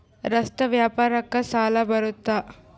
ರಸ್ತೆ ವ್ಯಾಪಾರಕ್ಕ ಸಾಲ ಬರುತ್ತಾ?